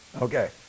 okay